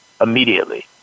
immediately